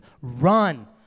run